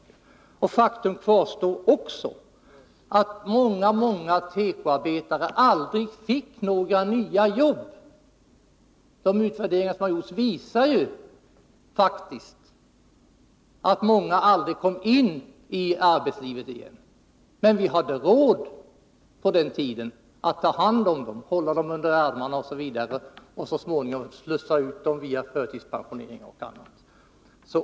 Ett faktum som också kvarstår är att många tekoarbetare aldrig fick några nya jobb. De utvärderingar som har gjorts visar faktiskt att många av dem aldrig kom in i arbetslivet igen. Men vi hade råd på den tiden att ta hand om dem, att hålla dem under armarna för att så småningom slussa ut dem via förtidspensionering och annat.